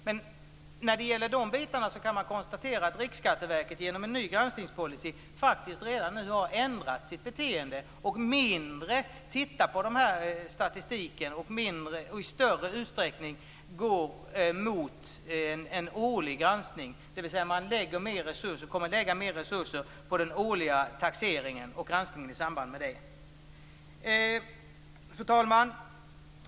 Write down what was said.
Men när det gäller de bitarna kan man konstatera att Riksskatteverket genom en ny granskningspolicy faktiskt redan nu har ändrat sitt beteende och mindre tittar på statistiken och i större utsträckning går mot en årlig granskning - dvs. man kommer att lägga mer resurser på den årliga taxeringen och granskningen i samband med det. Fru talman!